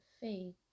faith